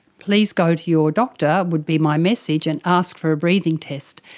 please go to your doctor would be my message, and ask for a breathing test.